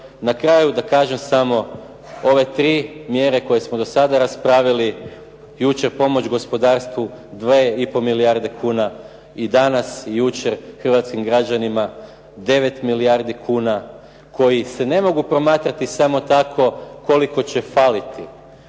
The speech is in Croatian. Na kraju da kažem samo ove tri mjere koje smo do sada raspravili, jučer pomoć gospodarstvu 2 i pol milijarde kuna i danas i jučer hrvatskim građanima 9 milijardi kuna koji se ne mogu promatrati samo tako koliko će faliti.